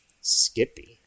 Skippy